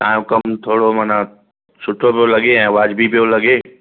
तव्हां जो कमु थोरो माना सुठो पियो लॻे ऐं वाजबी पियो लॻे